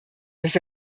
dass